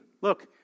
Look